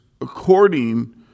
according